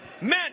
men